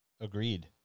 Agreed